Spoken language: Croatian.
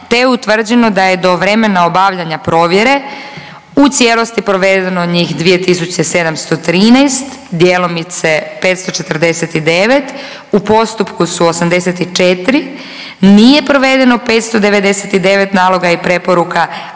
je utvrđeno da je do vremena obavljanja provjere u cijelosti provedeno njih 2713 djelomice 549 u postupku su 84, nije provedeno 599 naloga i preporuka,